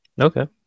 Okay